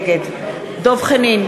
נגד דב חנין,